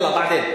יאללה, "בעדין".